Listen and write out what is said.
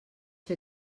fer